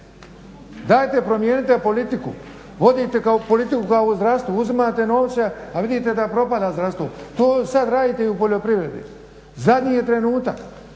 Dajte promijenite politiku. Vodite politiku kao u zdravstvu, uzimate novce, a vidite da propada zdravstvo. To sad radite i u poljoprivredi. Zadnji je trenutak.